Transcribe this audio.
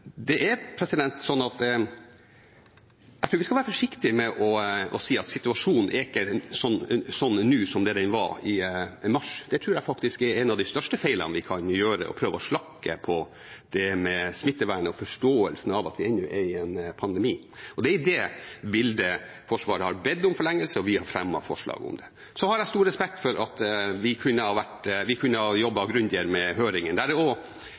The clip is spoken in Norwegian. det ikke føles som noe overgrep. Men jeg tror vi skal være forsiktige med å si at situasjonen nå ikke er som den var i mars. Det tror jeg faktisk er en av de største feilene vi kan gjøre – å prøve å slakke på smittevernet og forståelsen av at vi er i en pandemi. Det er i det bildet Forsvaret har bedt om forlengelse og vi har fremmet forslag om det. Så har jeg stor respekt for at vi kunne ha jobbet grundigere med høringssvarene. Det var også en kampanje i høringsrunden – vi